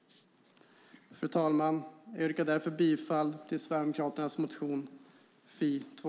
Fru talman! Jag yrkar därför bifall till Sverigedemokraternas reservation 2.